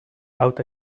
out